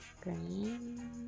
Green